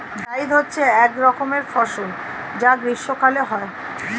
জায়িদ হচ্ছে এক রকমের ফসল যা গ্রীষ্মকালে হয়